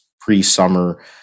pre-summer